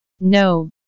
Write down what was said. No